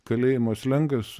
kalėjimo slengas